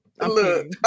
look